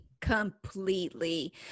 Completely